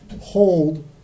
hold